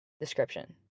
description